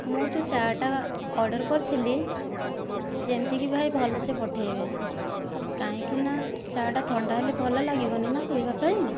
ମୁଁ ଯେଉଁ ଚା' ଟା ଅର୍ଡର କରିଥିଲି ଯେମିତିକି ଭାଇ ଭଲ ସେ ପଠେଇବେ କାହିଁକି ନା ଚା'ଟା ଥଣ୍ଡା ହେଲେ ଭଲ ଲାଗିବନି ନା ପିଇବାପାଇଁ